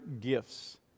gifts